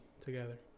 together